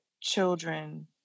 children